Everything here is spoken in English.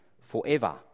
Forever